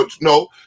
no